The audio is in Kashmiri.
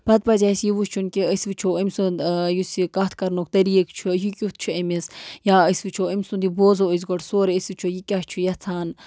پَتہٕ پَزِ اَسہِ یہِ وٕچھُن کہِ أسۍ وٕچھو أمۍ سُنٛد یُس یہِ کَتھ کَرنُک طٔریٖقہٕ چھُ یہِ کیُتھ چھُ أمِس یا أسۍ وٕچھو أمۍ سُنٛد یہِ بوزو أسۍ گۄڈٕ سورُے أسۍ وٕچھو یہِ کیٛاہ چھُ یَژھان